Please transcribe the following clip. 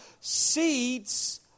seeds